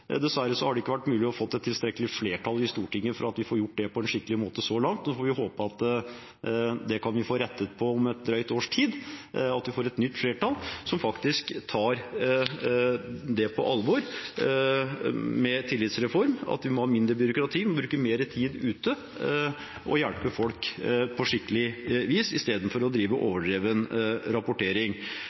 Dessverre har det ikke vært mulig å få et tilstrekkelig flertall i Stortinget for at vi får gjort det på en skikkelig måte så langt. Så får vi håpe at vi kan få rettet på det om et drøyt års tid ved at vi får et nytt flertall som faktisk tar på alvor tillitsreform og at vi må ha mindre byråkrati og bruke mer tid ute og hjelpe folk på skikkelig vis istedenfor å drive overdreven rapportering.